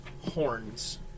horns